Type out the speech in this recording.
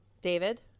David